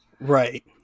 right